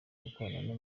gukorana